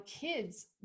kids